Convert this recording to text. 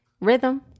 rhythm